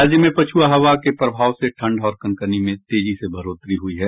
राज्य में पछुआ हवा के प्रभाव से ठंड और कनकनी में तेजी से बढोतरी हुई है